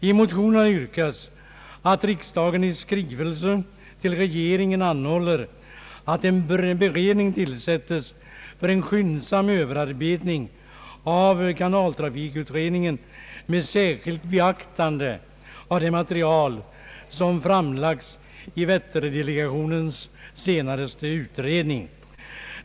I motionerna yrkas att riksdagen i skrivelse till Kungl. Maj:t måtte anhålla om att en beredning tillsättes för skyndsam överarbetning av kanaltrafikutredningen med särskilt beaktande av det material som framlagts i Vätterdelegationens senaste utredningar.